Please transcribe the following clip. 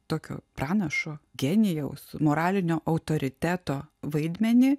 tokio pranašo genijaus moralinio autoriteto vaidmenį